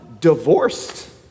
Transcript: divorced